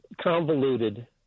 convoluted